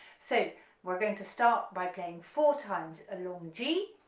so we're going to start by playing four times along g,